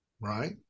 right